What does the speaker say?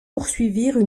poursuivirent